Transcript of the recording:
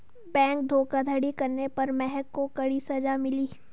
bank धोखाधड़ी करने पर महक को कड़ी सजा मिली